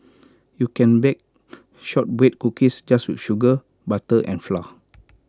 you can bake Shortbread Cookies just with sugar butter and flour